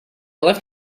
left